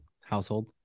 Household